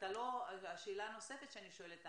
שאלה נוספת שאני שואלת,